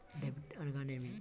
Debit అనగానేమి?